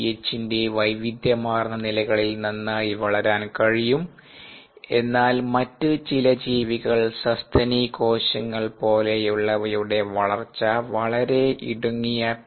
എചിൻറെ വൈവിധ്യമാർന്ന നിലകളിൽ നന്നായി വളരാൻ കഴിയും എന്നാൽ മറ്റ് ചില ജീവികൾ സസ്തനീ കോശങ്ങൾ പോലുള്ളവയുടെ വളർച്ച വളരെ ഇടുങ്ങിയ പി